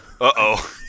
Uh-oh